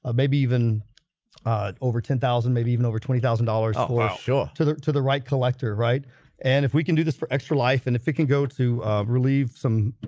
ah maybe even over ten thousand maybe even over twenty thousand dollars ah sure to the to the right collector right and if we can do this for extra life, and if we can go to relieve some